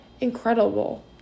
incredible